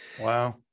Wow